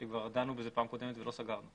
נושא שדנו בו בפעם הקודמת ולא סגרנו.